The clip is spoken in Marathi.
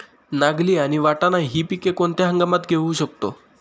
नागली आणि वाटाणा हि पिके कोणत्या हंगामात घेऊ शकतो?